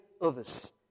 others